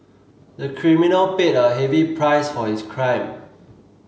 the criminal paid a heavy price for his crime